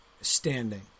standing